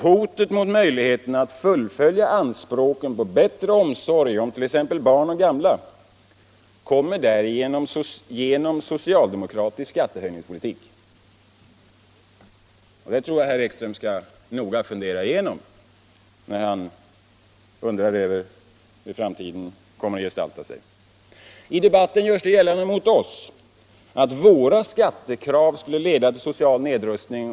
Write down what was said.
Hotet mot möjligheten att fullfölja anspråken på bättre omsorg om t.ex. barn och gamla kommer från socialdemokratisk skattehöjningspolitik. Det tror jag att herr Ekström skall noga fundera igenom, när han undrar över hur framtiden kommer att gestalta sig. I debatten görs det gällande mot oss att våra skattesänkningskrav skulle leda till social nedrustning.